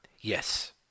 Yes